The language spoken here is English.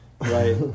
Right